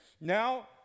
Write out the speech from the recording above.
Now